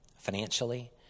financially